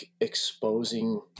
exposing